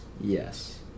Yes